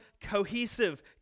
cohesive